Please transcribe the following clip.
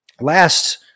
last